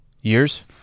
Years